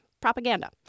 propaganda